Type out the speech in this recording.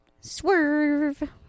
Swerve